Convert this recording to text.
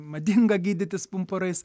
madinga gydytis pumpurais